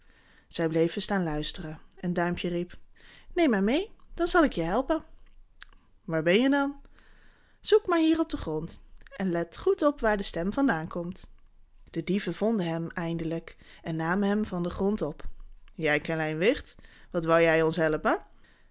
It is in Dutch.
zij bleven staan luisteren en duimpje riep neem mij mee dan zal ik je helpen waar ben je dan zoek maar hier op den grond en let goed op waar de stem vandaan komt de dieven vonden hem eindelijk en namen hem van den grond op jij klein wicht wat wou jij ons helpen